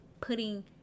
putting